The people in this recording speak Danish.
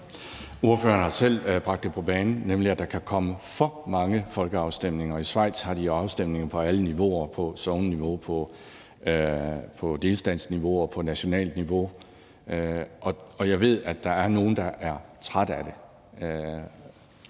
Ordføreren har selv bragt det på banen, nemlig at der kan komme for mange folkeafstemninger. I Schweiz har de afstemninger på alle niveauer: på sogneniveau, på delstatsniveau og på nationalt niveau. Og jeg ved, at der er nogle, der er trætte af det;